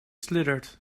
slithered